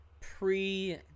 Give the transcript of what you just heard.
pre